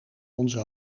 onze